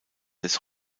des